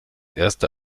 erste